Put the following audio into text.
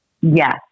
Yes